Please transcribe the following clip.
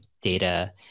data